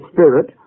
Spirit